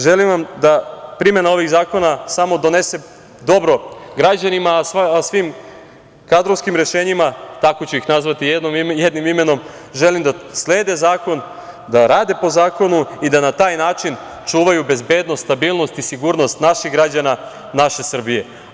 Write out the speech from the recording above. Želim vam da primena ovih zakona samo donese dobro građanima, a svim kadrovskim rešenjima, tako ću ih nazvati jednim imenom, želim da slede zakon, da rade po zakonu i da na taj način čuvaju bezbednost, stabilnost i sigurnost naših građana, naše Srbije.